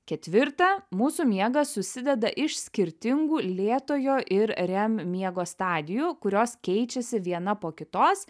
ketvirta mūsų miegas susideda iš skirtingų lėtojo ir rem miego stadijų kurios keičiasi viena po kitos